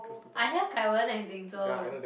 I hear Kai-Wen and Ting-Zhou